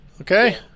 Okay